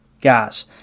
guys